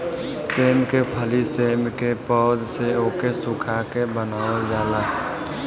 सेम के फली सेम के पौध से ओके सुखा के बनावल जाला